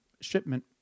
shipment